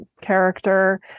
character